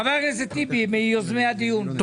חבר הכנסת אחמד טיבי מיוזמי הדיון, בבקשה.